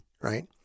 right